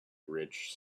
rich